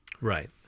Right